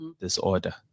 disorder